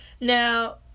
Now